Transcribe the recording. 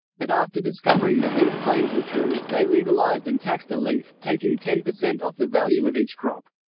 but after discovering that these claims were true, they legalized and taxed the leaf, taking ten percent off the value of each crop.